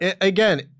Again